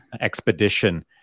expedition